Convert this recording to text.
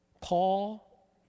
Paul